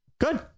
good